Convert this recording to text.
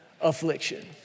affliction